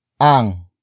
ang